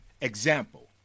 Example